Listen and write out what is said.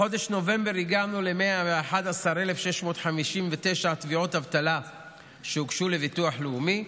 בחודש נובמבר הגענו ל-111,659 תביעות אבטלה שהוגשו לביטוח לאומי.